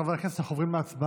חברי הכנסת, אנחנו עוברים להצבעה